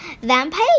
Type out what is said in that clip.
Vampire